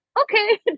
okay